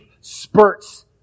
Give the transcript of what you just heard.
spurts